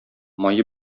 мае